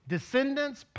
Descendants